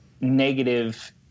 negative